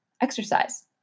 exercise